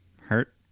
hurt